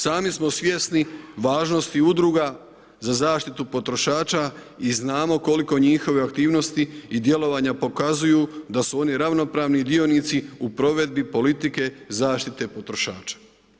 Sami smo svjesni važnosti udruga za zaštitu potrošača i znamo koliko njihove aktivnosti i djelovanja pokazuju da su oni ravnopravni dionici u provedbi politike zaštite potrošača.